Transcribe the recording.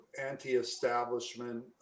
anti-establishment